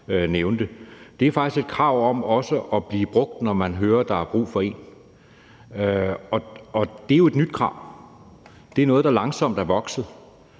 nævnte, faktisk er et krav om også at blive brugt, når man hører, at der er brug for en, og det er jo et nyt krav. Det er noget, der er vokset